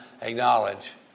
acknowledge